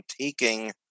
taking